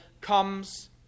comes